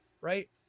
right